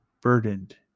burdened